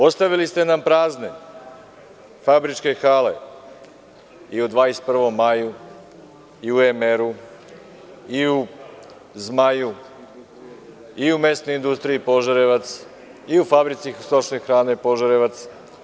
Ostavili ste nam prazne fabričke hale i u „21. maju“ i u IMR i u „Zmaju“ i Mesnoj industriji Požarevac i u Fabrici stočne hrane Požarevac.